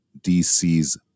DC's